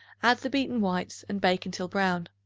add the beaten whites and bake until brown.